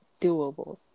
doable